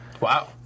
Wow